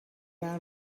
out